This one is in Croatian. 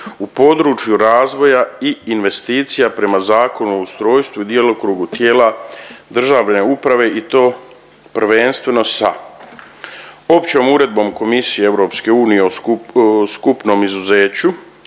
u području razvoja i investicija prema Zakonu o ustrojstvu i djelokrugu tijela državne uprave i to prvenstveno sa Općom urednom Komisije EU o skupnom izuzeću,